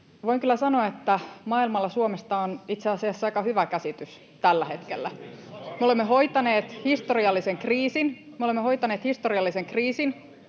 Voin kyllä sanoa, että maailmalla Suomesta on itse asiassa aika hyvä käsitys tällä hetkellä. [Perussuomalaisten ryhmästä: